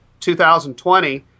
2020